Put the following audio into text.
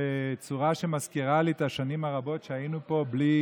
בצורה שמזכירה לי את השנים הרבות שהיינו פה בלי